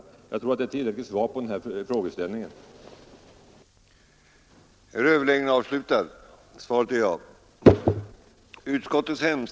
Jag tror att detta faktum är tillräckligt svar på frågan om dessa företags andel i AP-fondens utlåning.